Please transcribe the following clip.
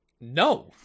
No